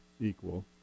equal